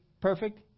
perfect